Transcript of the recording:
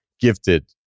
gifted